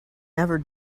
never